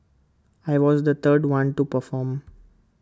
I was the third one to perform